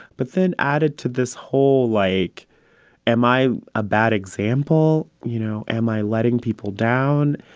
but then add it to this whole, like am i a bad example? you know, am i letting people down?